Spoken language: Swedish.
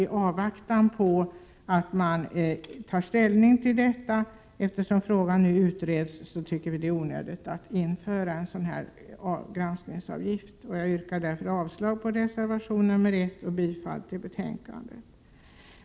I avvaktan på detta anser utskottet att det är onödigt att införa en granskningsavgift. Jag yrkar därför avslag på reservation nr 1 och bifall till utskottets hemställan.